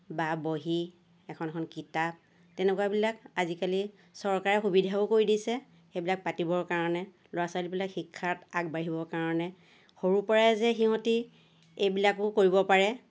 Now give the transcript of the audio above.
বা বহী এখন এখন কিতাপ তেনেকুৱাবিলাক আজিকালি চৰকাৰে সুবিধাও কৰি দিছে সেইবিলাক পাতিবৰ কাৰণে ল'ৰা ছোৱালীবিলাক শিক্ষাত আগবাঢ়িব কাৰণে সৰু পৰাই যে সিহঁতি এইবিলাকো কৰিব পাৰে